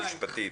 היועצת המשפטית.